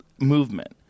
movement